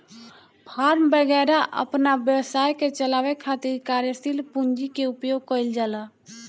form वैगरह अपना व्यवसाय के चलावे खातिर कार्यशील पूंजी के उपयोग कईल जाला